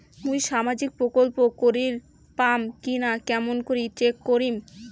মুই সামাজিক প্রকল্প করির পাম কিনা কেমন করি চেক করিম?